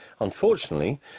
Unfortunately